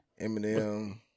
Eminem